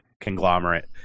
conglomerate